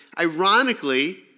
ironically